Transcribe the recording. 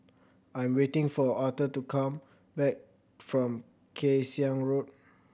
I'm waiting for Authur to come back from Kay Siang Road